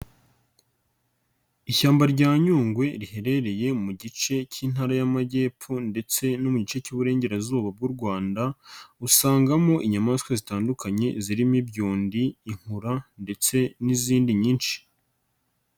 Ishyamba rya Nyungwe riherereye mu gice cy'intara y'amajyepfo ,ndetse no mu gice cy'uburengerazuba bw'u Rwanda ,usangamo inyamaswa zitandukanye zirimo ibyundi, inkura ,ndetse n'izindi nyinshi.